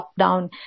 lockdown